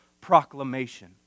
proclamation